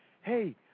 Hey